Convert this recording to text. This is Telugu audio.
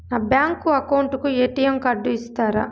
నా బ్యాంకు అకౌంట్ కు ఎ.టి.ఎం కార్డు ఇస్తారా